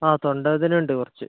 ആ തൊണ്ടവേദന ഉണ്ട് കുറച്ച്